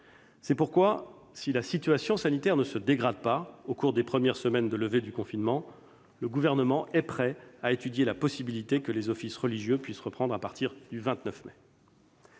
C'est pourquoi, si la situation sanitaire ne se dégrade pas au cours des premières semaines de levée du confinement, le Gouvernement est prêt à étudier la possibilité que les offices religieux puissent reprendre à partir du 29 mai.